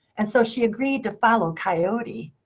and so she agreed to follow coyote.